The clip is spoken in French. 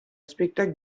spectacle